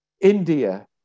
India